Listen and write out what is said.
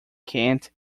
kent